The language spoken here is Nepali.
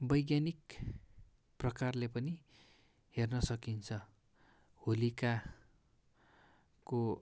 वैज्ञानिक प्रकारले पनि हेर्न सकिन्छ होलिकाको